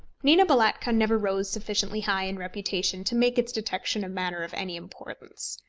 nina balatka never rose sufficiently high in reputation to make its detection a matter of any importance.